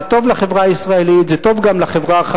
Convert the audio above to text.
זה טוב לחברה הישראלית,